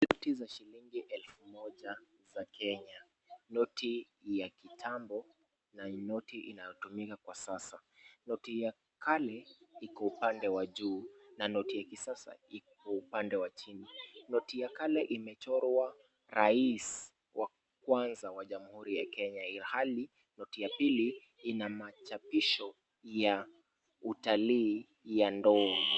Noti za shilingi elfu moja za Kenya, noti ya kitambo, na noti inayotumika kwa sasa. Noti ya kale iko upande wa juu na noti ya kisasa iko upande wa chini. Noti ya kale imechorwa rais wa kwanza wa jamhuri ya Kenya ilhali, noti ya pili, ina machapisho ya utalii ya ndovu.